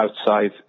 outside